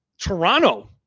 toronto